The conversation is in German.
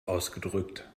ausgedrückt